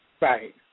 Right